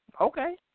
Okay